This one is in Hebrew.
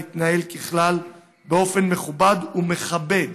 להתנהל ככלל באופן מכובד ומכבד